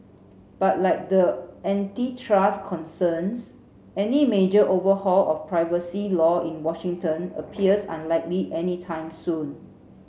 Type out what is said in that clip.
but like the antitrust concerns any major overhaul of privacy law in Washington appears unlikely anytime soon